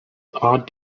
odd